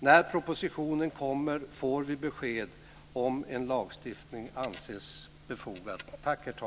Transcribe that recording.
När propositionen kommer får vi besked om huruvida en lagstiftning anses befogad.